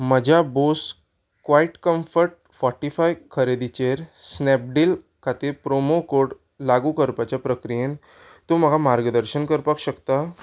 म्हज्या Bose quiet comfort forty five खरेदीचेर स्नॅपडील खातीर प्रोमो कोड लागू करपाच्या प्रक्रियेंत तूं म्हाका मार्गदर्शन करपाक शकता